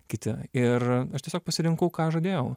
kiti ir aš tiesiog pasirinkau ką žadėjau